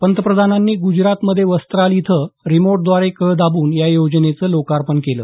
पंतप्रधानांनी ग्जरात मध्ये वस्त्राल इथं रिमोटद्वारे कळ दाबून या योजनेचं लोकार्पण केलं